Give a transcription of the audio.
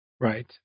right